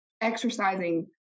exercising